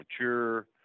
mature